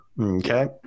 okay